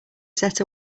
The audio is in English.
set